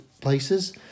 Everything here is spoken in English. places